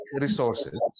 resources